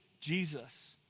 Jesus